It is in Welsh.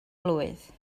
blwydd